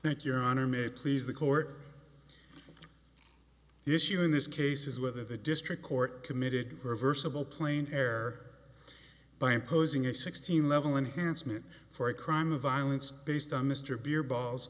that your honor may please the court the issue in this case is whether the district court committed reversible plain air by imposing a sixteen level enhancement for a crime of violence based on mr beer balls